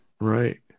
Right